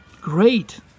Great